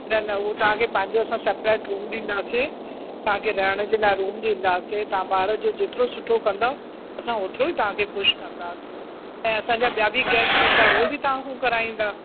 न न उहो तव्हांखे पंहिंजो असां सेपरेट रूम ॾींदासीं तव्हांखे रहण जे लाइ रूम ॾींदासीं तव्हां ॿार जो जेतिरो सुठो कंदव असां ओतिरो ई तव्हां ख़ुशि कंदासीं ऐं असां जा ॿिया बि गेस्ट हूंदा उहे बि तव्हांखां कराईंदा